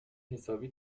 حسابی